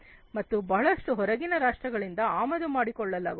ಮತ್ತು ಬಹಳಷ್ಟನ್ನು ಹೊರಗಿನ ರಾಷ್ಟ್ರಗಳಿಂದ ಆಮದು ಮಾಡಿಕೊಳ್ಳಲಾಗುತ್ತದೆ